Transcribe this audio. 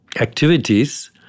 activities